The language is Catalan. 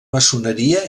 maçoneria